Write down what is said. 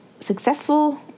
successful